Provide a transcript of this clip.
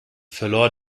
verlor